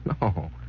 No